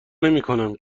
نمیکنم